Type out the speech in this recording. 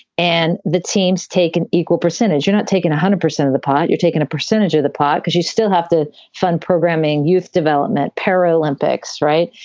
and the teams take an equal percentage. you're not taking one hundred percent of the pot. you're taking a percentage of the pot because you still have to fund programming, youth development, paralympics. right.